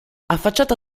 affacciata